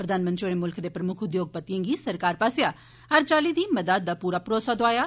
प्रधानमंत्री होरें मुल्खै दे प्रमुख उघोगपतियें गी सरकार पास्सेआ हर चाल्ली दी मदाद दा पूरा पूरा भरौसा दौआया ऐ